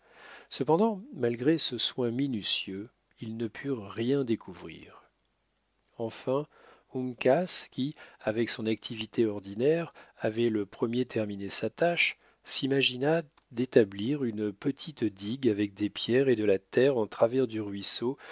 cependant malgré ce soin minutieux ils ne purent rien découvrir enfin uncas qui avec son activité ordinaire avait le premier terminé sa tâche s'imagina d'établir une petite digue avec des pierres et de la terre en travers du ruisseau